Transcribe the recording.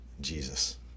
Jesus